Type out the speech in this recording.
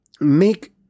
make